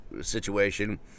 situation